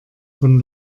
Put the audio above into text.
von